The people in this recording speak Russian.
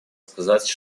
сказать